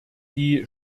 die